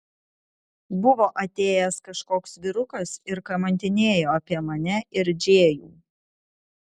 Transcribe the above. buvo atėjęs kažkoks vyrukas ir kamantinėjo apie mane ir džėjų